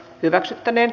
asia